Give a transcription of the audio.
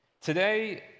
Today